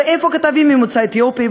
ואיפה כתבים ממוצא אתיופי?